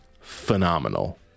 phenomenal